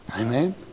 Amen